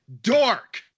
dork